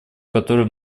которой